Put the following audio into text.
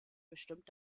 bestimmt